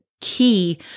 key